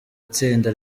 itsinda